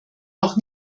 noch